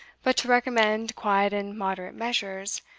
but to recommend quiet and moderate measures,